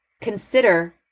consider